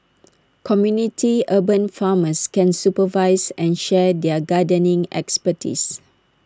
community urban farmers can supervise and share their gardening expertise